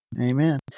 Amen